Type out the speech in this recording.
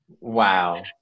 Wow